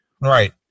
Right